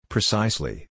Precisely